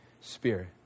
Spirit